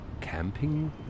camping